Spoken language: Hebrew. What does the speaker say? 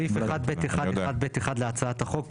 סעיף 1(ב1)(1)(ב)(1) להצעת החוק,